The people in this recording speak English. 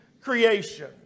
creation